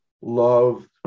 love